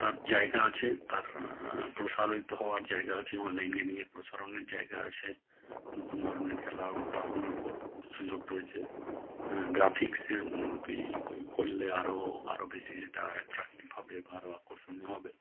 তার জায়গা আছে তার প্রসারিত হওয়ার জায়গা আছে অনলাইন গেমিংয়ের প্রসারণের জায়গা আছে নতুন ধরনের খেলার উদ্ভাবনার খুব সুযোগ রয়েছে গ্রাফিক্সের উন্নতি করলে আরো আরো বেশি সেটা অ্যাট্রাক্টিভ হবে বা আরো আকর্ষণীয় হবে